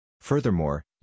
Furthermore